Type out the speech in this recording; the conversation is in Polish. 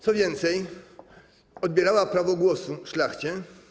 Co więcej, odbierała prawo głosu szlachcie.